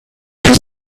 has